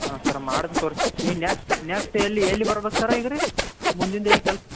ಹಾಂ ಸರ್ ಮಾಡಿ ತೋರ್ಸಿ ಈಗ ನೆಕ್ಸ್ಟ್ ನೆಕ್ಸ್ಟ್ ಎಲ್ಲಿ ಎಲ್ಲಿ ಬರ್ಬೇಕು ಸರ್ ಈಗ ರೀ ಮುಂದಿಂದ ಏನು ಕೆಲ್ಸ